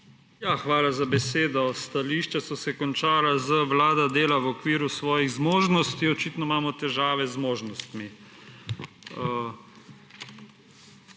Ja, hvala za besedo. Stališča so se končala z »Vlada dela v okviru svojih zmožnosti« – očitno imamo težave z zmožnostmi.